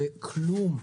זה כלום.